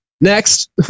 Next